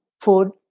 food